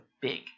big